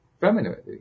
femininity